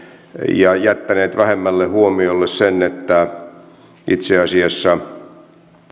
ja jättäneet vähemmälle huomiolle sen että itse asiassa